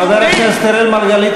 חבר הכנסת אראל מרגלית,